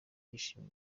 byishimo